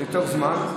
זה יותר זמן,